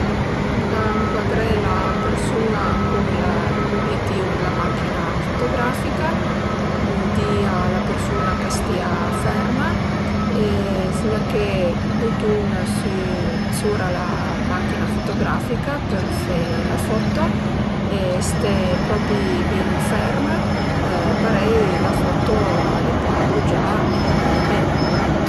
Ëntà ëncuadré la persun-a cun l'ubietìu d'la machina fotografica, di a la persun-a ch'a stìa ferma e zgnaché ël butun sü zdura la machina fotografica për fe la fotto e ste propi bin ferm parei la fotto al e pa bugià e al e bela